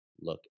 Look